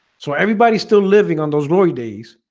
so everybody's still living on those roi days,